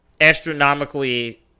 astronomically